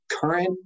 current